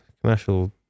commercial